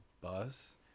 bus